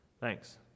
Thanks